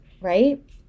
right